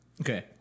Okay